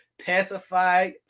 pacify